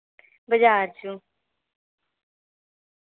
बजार चों